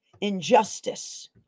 injustice